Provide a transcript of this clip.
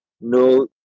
no